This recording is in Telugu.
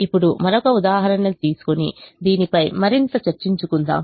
ఇప్పుడు మరొక ఉదాహరణ తీసుకొని దీని పై మరింత చర్చించుకుందాం